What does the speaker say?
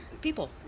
people